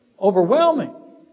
Overwhelming